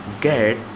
get